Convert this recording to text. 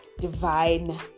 divine